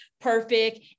perfect